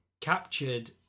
captured